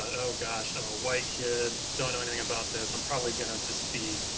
oh, gosh, i'm a white kid, don't know anything about this. i'm probably going to just be,